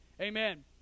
amen